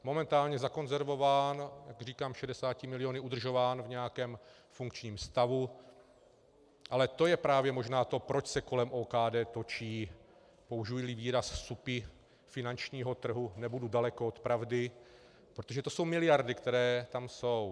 Momentálně zakonzervován, a jak říkám, šedesáti miliony udržován v nějakém funkčním stavu, ale to je právě možná to, proč se kolem OKD točí použijili výraz supi finančního trhu, nebudu daleko od pravdy, protože to jsou miliardy, které tam jsou.